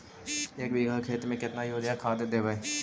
एक बिघा खेत में केतना युरिया खाद देवै?